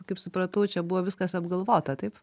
kaip supratau čia buvo viskas apgalvota taip